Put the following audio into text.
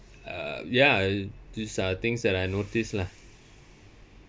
uh ya I these are things that I notice lah